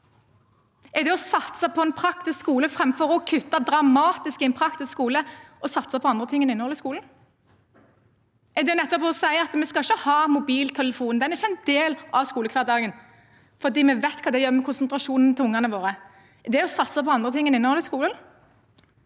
Er det å satse på en praktisk skole, framfor å kutte dramatisk i en praktisk skole, å satse på andre ting enn innholdet i skolen? Er det å si at vi ikke skal ha mobiltelefon – den skal ikke være en del av skolehverdagen, for vi vet hva det gjør med konsentrasjonen til ungene våre – å satse på andre ting enn innholdet i skolen?